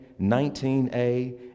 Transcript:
19A